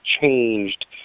changed